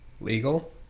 legal